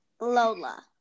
Lola